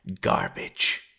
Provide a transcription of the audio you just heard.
garbage